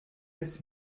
des